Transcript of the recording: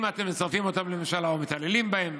אם אתם מצרפים אותם לממשלה או מתעללים בהם,